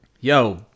Yo